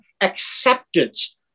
acceptance